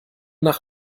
nach